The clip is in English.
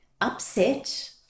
upset